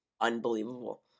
unbelievable